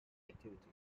activity